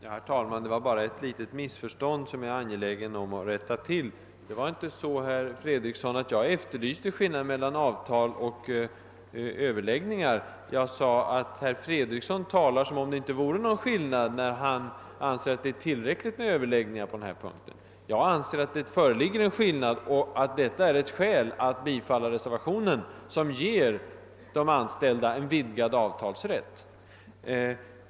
Herr talman! Det var bara ett litet missförstånd som jag är angelägen att få rätta till. Det var inte så, herr Fredriksson, att jag efterlyste skillnaden mellan avtal och överläggningar. Vad jag sade var, att herr Fredriksson talar som om det inte funnes någon skillnad, när han säger att det är till räckligt med överläggningar på denna punkt. Jag anser däremot att det föreligger en skillnad och att detta är ett skäl att bifalla reservationen, vars förslag skulle ge de anställda en vidgad avtalsrätt.